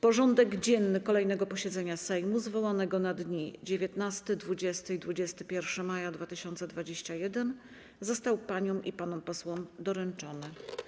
Porządek dzienny kolejnego posiedzenia Sejmu, zwołanego na dni 19, 20 i 21 maja 2021 r., został paniom i panom posłom doręczony.